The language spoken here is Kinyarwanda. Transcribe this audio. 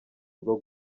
urwo